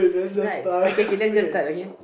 right okay K let's just start okay